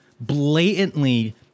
blatantly